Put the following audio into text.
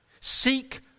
Seek